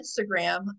instagram